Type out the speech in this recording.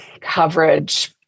coverage